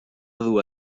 dur